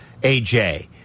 AJ